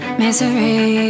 misery